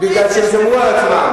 כי הם שמרו על עצמם.